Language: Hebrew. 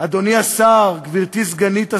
אדוני השר, גברתי סגנית השר,